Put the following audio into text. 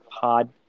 Pod